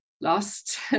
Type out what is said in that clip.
last